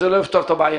זה לא ייפתר.